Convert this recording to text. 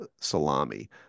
salami